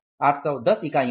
810 इकाईयों का